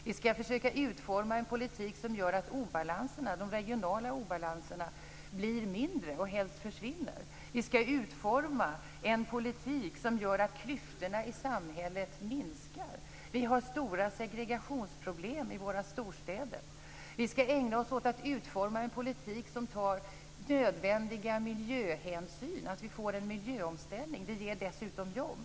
Vi skall försöka utforma en politik som gör att de regionala obalanserna blir mindre och helst försvinner. Vi skall utforma en politik som gör att klyftorna i samhället minskar. Vi har stora segregationsproblem i storstäderna. Vi skall ägna oss åt att utforma en politik som tar nödvändiga miljöhänsyn, så att vi får en miljöomställning. Det ger dessutom jobb.